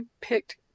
picked